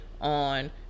on